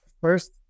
First